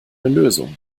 lösung